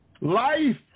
Life